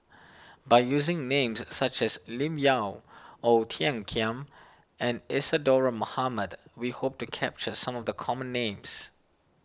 by using names such as Lim Yau Ong Tiong Khiam and Isadhora Mohamed we hope to capture some of the common names